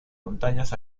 montañas